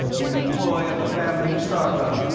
in the employ of the family of starpha,